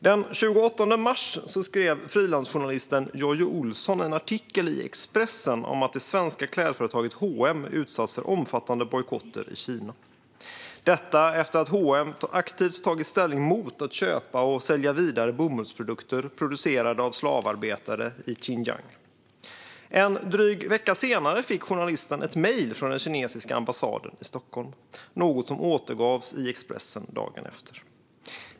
Den 28 mars skrev frilansjournalisten Jojje Olsson en artikel i Expressen om att det svenska klädföretaget H & M utsatts för omfattande bojkotter i Kina. Detta efter att H & M aktivt tagit ställning mot att köpa och sälja vidare bomullsprodukter producerade av slavarbetare i Xinjiang. En dryg vecka senare fick journalisten ett mejl från den kinesiska ambassaden i Stockholm, något som återgavs i Expressen dagen efter.